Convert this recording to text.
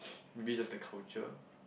maybe that's the culture